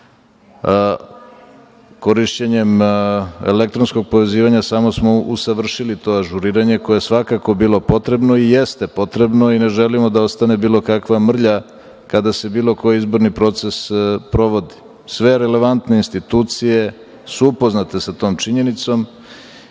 Korišćenjem elektronskog povezivanja samo smo usavršili to ažuriranje, koje je svakako bilo potrebno i jeste potrebno i ne želimo da ostane bilo kakva mrlja kada se bilo koji izborni proces provodi. Sve relevantne institucije su upoznate sa tom činjenicom